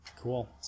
Cool